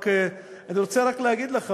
אני רוצה להגיד לך